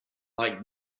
like